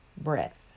Breath